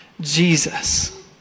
Jesus